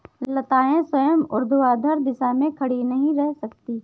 लताएं स्वयं ऊर्ध्वाधर दिशा में खड़ी नहीं रह सकती